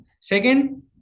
Second